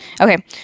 Okay